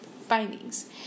findings